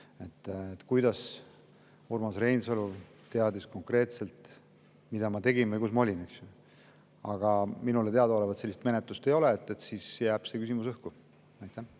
kuidas Urmas Reinsalu teadis konkreetselt, mida ma tegin või kus ma olin. Aga minule teadaolevalt sellist menetlust ei ole, seega jääb see küsimus õhku.